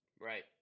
Right